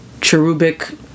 cherubic